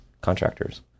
contractors